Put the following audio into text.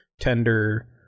tender